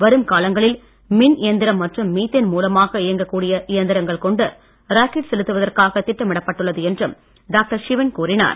வரும் காலங்களில் மின் இயந்திரம் மற்றும் மீத்தேன் மூலமாக இயங்கக் கூடிய இயந்திரங்கள் கொண்டு ராக்கெட் செலுத்துவதற்காக திட்டமிடப்பட்டுள்ளது என்றும் டாக்டர் சிவன் கூறினார்